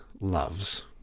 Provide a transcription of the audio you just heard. loves